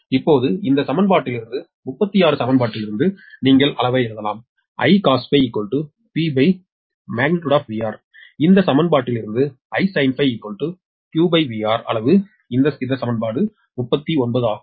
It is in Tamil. இப்போது இந்த சமன்பாட்டிலிருந்து 36 சமன்பாட்டிலிருந்து நீங்கள் அளவை எழுதலாம் இந்த சமன்பாட்டிலிருந்து Isin QVR அளவு இது சமன்பாடு 39 ஆகும்